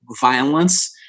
violence